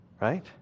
right